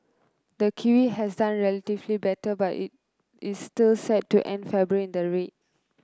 the kiwi has done relatively better but it is still set to end February in the red